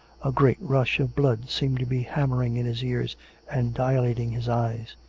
a great rush of blood seemed to be hammering in his ears and dilating his eyes.